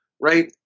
right